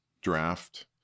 draft